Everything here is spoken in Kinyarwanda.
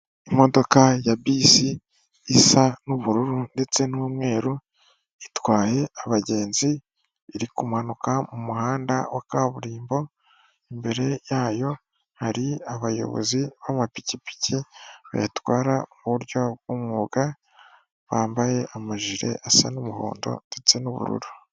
Imodoka ya bisi isa n'ubururu ndetse n'umweru, itwaye abagenzi iri kumanuka mu muhanda wa kaburimbo, imbere yayo hari abayobozi b'amapikipiki bayatwara mu buryo bw'umwuga bambaye amajire asa n'umuhondo ndetse n'ubururu.